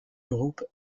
groupe